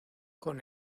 con